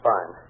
Fine